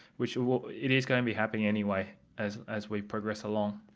which it is going to be happening anyway as as we've progressed along.